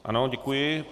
Ano, děkuji.